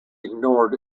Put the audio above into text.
ignored